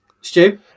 Stu